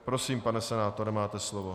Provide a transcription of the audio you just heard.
Prosím, pane senátore, máte slovo.